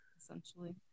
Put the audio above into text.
essentially